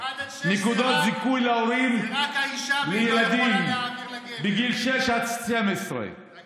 נקודות זיכוי להורים לילדים בגיל 6 12. 1